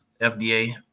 FDA